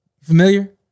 familiar